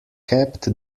kept